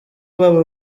baba